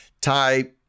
Ty